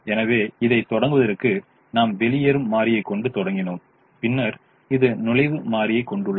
எனவே இதைத் தொடங்குவதற்கு நாம் வெளியேறும் மாறியை கொண்டு தொடங்கினோம் பின்னர் இது நுழைவு மாறியைக் கொண்டுள்ளது